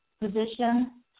position